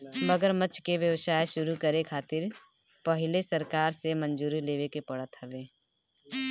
मगरमच्छ के व्यवसाय शुरू करे खातिर पहिले सरकार से मंजूरी लेवे के पड़त हवे